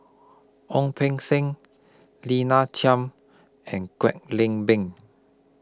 Ong Beng Seng Lina Chiam and Kwek Leng Beng